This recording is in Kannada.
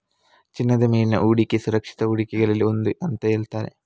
ಚಿನ್ನದ ಮೇಲಿನ ಹೂಡಿಕೆ ಸುರಕ್ಷಿತ ಹೂಡಿಕೆಗಳಲ್ಲಿ ಒಂದು ಅಂತ ಹೇಳ್ತಾರೆ